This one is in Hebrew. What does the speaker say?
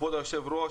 כבוד היושב-ראש,